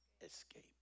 escape